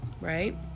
Right